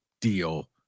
deal